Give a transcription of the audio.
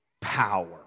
power